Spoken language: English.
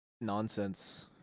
Nonsense